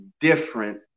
different